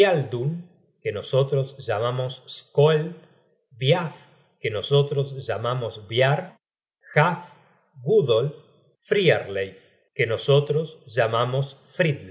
que nosotros llamamos skoeld biaf que nosotros llamamos biar jaf gudolf friarleif que nosotros llamamos